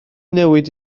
newid